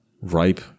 ripe